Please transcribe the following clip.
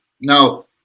now